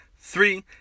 Three